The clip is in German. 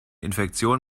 infektion